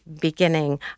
beginning